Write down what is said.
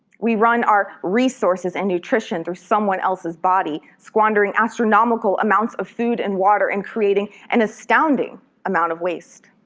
we run our resources and nutrition through someone else's body, squandering astronomical amounts of food and water and creating an astounding amount of waste.